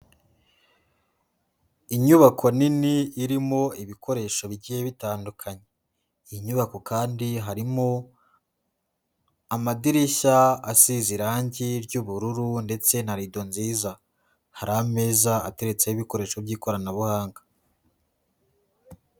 Inyubako nini irimo ibikoresho bigiye bitandukanye. Iyi nyubako kandi harimo amadirishya asize irangi ry'ubururu ndetse na rido nziza. Hari ameza ateretseho ibikoresho by'ikoranabuhanga.